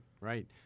right